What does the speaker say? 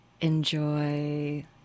enjoy